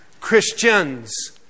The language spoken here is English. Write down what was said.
Christians